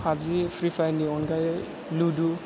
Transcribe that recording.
PUBG free फायारनि अनगायै लुद'